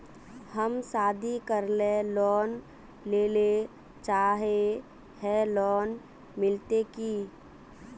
हम शादी करले लोन लेले चाहे है लोन मिलते की?